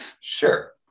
Sure